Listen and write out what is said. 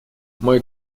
мой